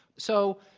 so,